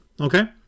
okay